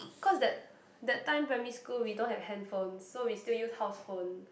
cause that that time primary school we don't have handphone so we still use house phone